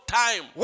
time